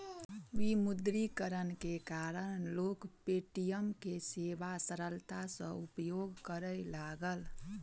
विमुद्रीकरण के कारण लोक पे.टी.एम के सेवा सरलता सॅ उपयोग करय लागल